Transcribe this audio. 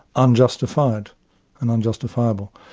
unjustified and unjustifiable.